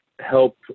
help